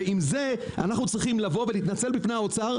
עם זה אנחנו צריכים לבוא ולהתנצל בפני האוצר?